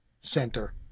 center